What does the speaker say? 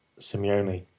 Simeone